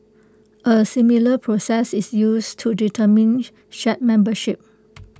A similar process is used to determine shard membership